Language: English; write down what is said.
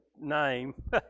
name